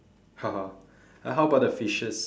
then how about the fishes